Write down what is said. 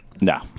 No